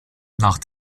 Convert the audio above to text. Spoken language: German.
nach